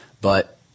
but-